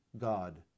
God